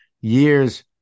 years